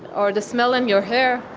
or the smell in your hair.